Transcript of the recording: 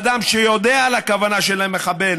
אדם שיודע על הכוונה של המחבל